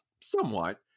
somewhat